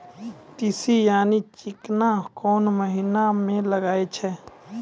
तीसी यानि चिकना कोन महिना म लगाय छै?